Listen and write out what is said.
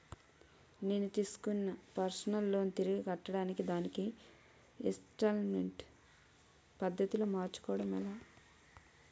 నేను తిస్కున్న personal loan తిరిగి కట్టడానికి దానిని ఇంస్తాల్మేంట్ పద్ధతి లో మార్చుకోవడం ఎలా?